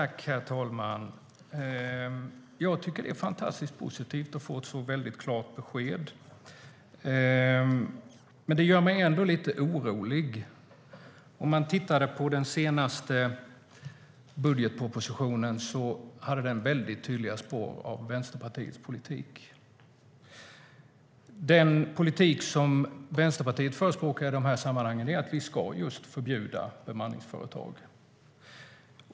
Herr talman! Jag tycker att det är fantastiskt positivt att få ett så klart besked. Men det gör mig ändå lite orolig. Den senaste budgetpropositionen hade väldigt tydliga spår av Vänsterpartiets politik. Den politik som Vänsterpartiet förespråkar i de här sammanhangen är att vi ska förbjuda bemanningsföretag.